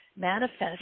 manifest